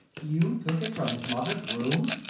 you took it from his mother's room?